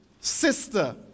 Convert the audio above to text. sister